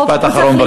משפט אחרון,